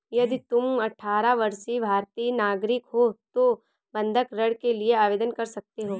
यदि तुम अठारह वर्षीय भारतीय नागरिक हो तो बंधक ऋण के लिए आवेदन कर सकते हो